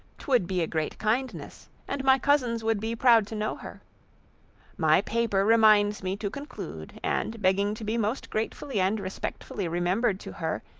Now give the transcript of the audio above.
twould be a great kindness, and my cousins would be proud to know her my paper reminds me to conclude and begging to be most gratefully and respectfully remembered to her,